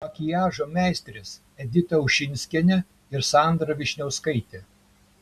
makiažo meistrės edita ušinskienė ir sandra vyšniauskaitė